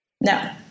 No